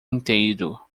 inteiro